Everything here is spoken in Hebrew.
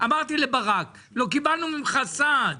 אמרתי לברק: לא קיבלנו ממך סעד.